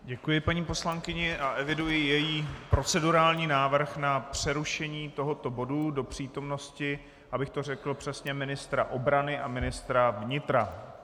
Děkuji paní poslankyni a eviduji její procedurální návrh na přerušení tohoto bodu do přítomnosti, abych to řekl přesně, ministra obrany a ministra vnitra.